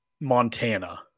Montana